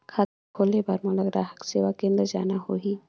खाता खोले बार मोला ग्राहक सेवा केंद्र जाना होही?